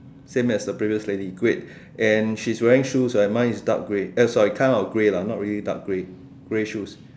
same as the previous lady great and she's wearing shoes right mine is dark grey uh sorry kind of grey lah not really dark grey grey shoes